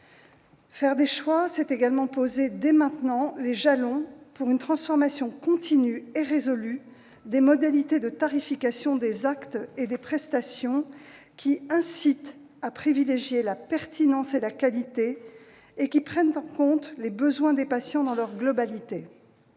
Faire des choix, c'est également poser, dès maintenant, les jalons pour une transformation continue et résolue des modalités de tarification des actes et des prestations qui incitent à privilégier la pertinence et la qualité et qui prennent en compte les besoins des patients dans leur globalité.